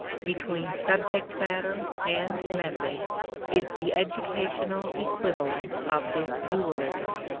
between subject matter and method is the educational equivalent of this dualism.